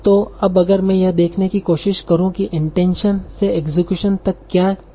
तो अब अगर मैं यह देखने की कोशिश करूं कि इंटेंशन से इक्सक्यूशन तक क्या किया